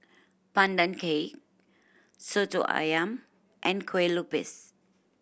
Pandan Cake Soto Ayam and kue lupis